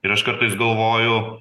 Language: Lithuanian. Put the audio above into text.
ir aš kartais galvoju